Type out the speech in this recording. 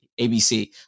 ABC